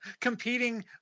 competing